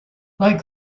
like